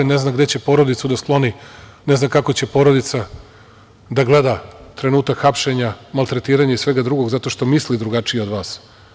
Ne zna gde će porodicu da skloni, ne zna kako će porodica da gleda trenutak hapšenja, maltretiranja i svega drugog zato što misli drugačije od vas.